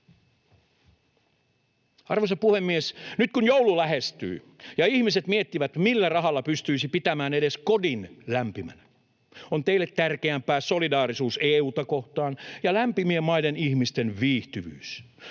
Arvoisa puhemies! Nyt kun joulu lähestyy ja ihmiset miettivät, millä rahalla pystyisi pitämään edes kodin lämpimänä, on teille tärkeämpää solidaarisuus EU:ta kohtaan ja lämpimien maiden ihmisten viihtyvyys.